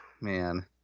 Man